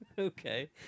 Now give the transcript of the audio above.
Okay